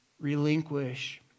relinquish